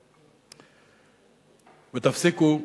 תפסיקו,